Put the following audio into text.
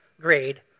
grade